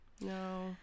No